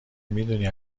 میدونی